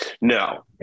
No